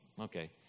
Okay